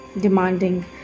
demanding